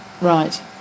Right